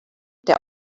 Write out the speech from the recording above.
der